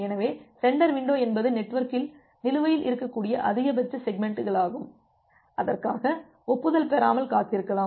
எனவே sender window என்பது நெட்வொர்க்கில் நிலுவையில் இருக்கக்கூடிய அதிகபட்ச செக்மெண்ட்களாகும் அதற்காக ஒப்புதல் பெறாமல் காத்திருக்கலாம்